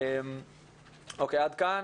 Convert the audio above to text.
עד כאן.